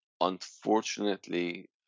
Unfortunately